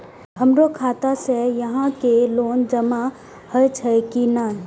हमरो खाता से यहां के लोन जमा हे छे की ने?